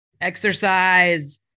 exercise